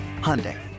Hyundai